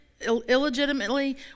illegitimately